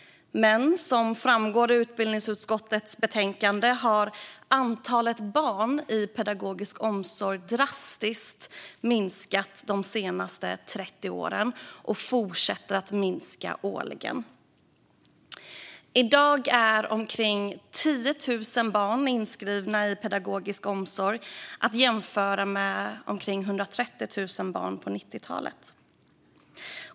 Men som framgår av utbildningsutskottets betänkande har antalet barn i pedagogisk omsorg drastiskt minskat de senaste 30 åren, och det fortsätter årligen att minska. I dag är omkring 10 000 barn inskrivna i pedagogisk omsorg, att jämföra med omkring 130 000 barn på 90-talet.